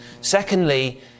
Secondly